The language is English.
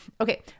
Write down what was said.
Okay